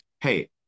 Hey